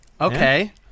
Okay